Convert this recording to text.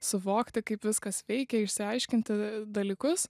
suvokti kaip viskas veikia išsiaiškinti dalykus